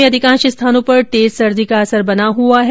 प्रदेश में अधिकांश स्थानों पर तेज सर्दी का असर बना हुआ है